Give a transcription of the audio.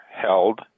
held